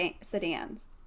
sedans